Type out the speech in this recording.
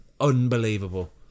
unbelievable